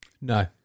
No